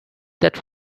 that